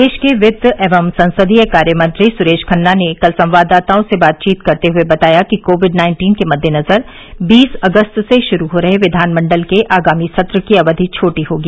प्रदेश के वित्त एवं संसदीय कार्य मंत्री सुरेश खन्ना ने कल संवाददाताओं से बातचीत करते हुए बताया कि कोविड नाइन्टीन के मददेनजर बीस अगस्त से शुरू हो रहे विधानमंडल के आगामी सत्र की अवधि छोटी होगी